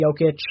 Jokic